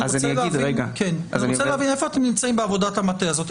אני רוצה להבין איפה אתם נמצאים בעבודת המטה הזאת.